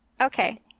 Okay